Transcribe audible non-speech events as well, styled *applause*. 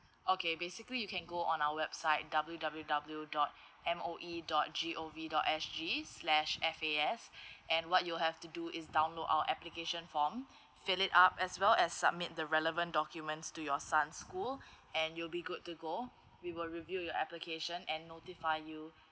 okay basically you can go on our website W W W dot M O E dot G O V dot S G slash F A S *breath* and what you'll have to do is download our application form fill it up as well as submit the relevant documents to your son's school *breath* and you'll be good to go we will review your application and notify you